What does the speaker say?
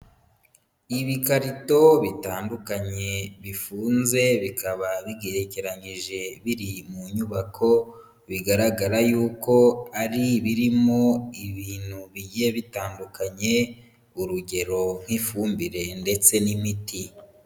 Ibikarito bitandukanye bifunze bikaba bigerekeranyije biri mu nyubako, bigaragara yuko ari birimo ibintu bigiye bitandukanye, urugero nk'ifumbire ndetse n'imiti.